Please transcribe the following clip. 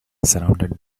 surrounded